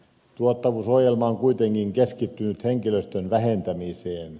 tuottavuusohjelma on kuitenkin keskittynyt henkilöstön vähentämiseen